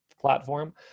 platform